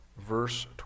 verse